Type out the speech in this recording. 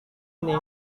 ini